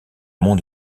monde